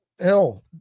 Hell